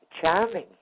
charming